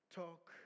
talk